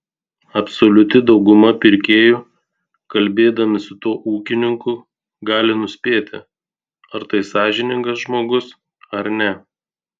absoliuti dauguma pirkėjų kalbėdami su tuo ūkininku gali nuspėti ar tai sąžiningas žmogus ar ne